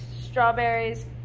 strawberries